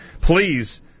please